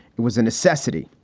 it was a necessity.